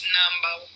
number